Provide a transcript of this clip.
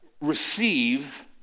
receive